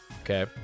Okay